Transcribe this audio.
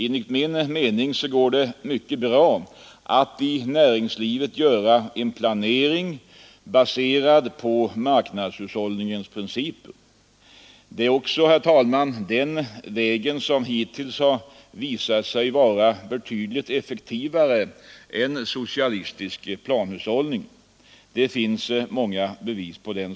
Enligt min mening går det mycket bra att i näringslivet göra en planering baserad på marknadshushållningens principer. Det är också den väg som hittills har visat sig vara betydligt effektivare än socialistisk planhushållning. Det finns många bevis på det.